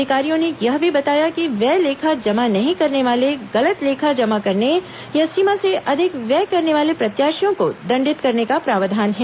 अधिकारियों ने यह भी बताया कि व्यय लेखा जमा नहीं करने वाले गलत लेखा जमा करने या सीमा से अधिक व्यय करने वाले प्रत्याशियों को दंडित करने का प्रावधान है